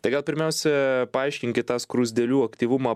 tai gal pirmiausia paaiškinkit tą skruzdėlių aktyvumą